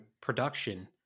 production